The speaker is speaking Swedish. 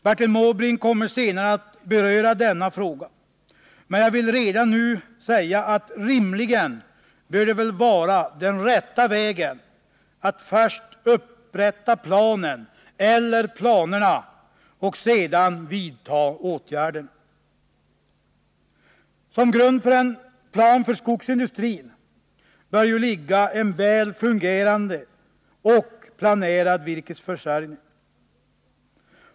Bertil Måbrink kommer senare att beröra denna fråga, men jag vill redan nu säga att den rätta vägen rimligen bör vara att först upprätta planen eller planerna och sedan vidta åtgärderna. Som grund för en plan för skogsindustrin bör ligga en väl fungerande och planerad virkesförsörjning.